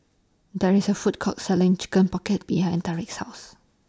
There IS A Food Court Selling Chicken Pocket behind Tarik's House